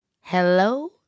Hello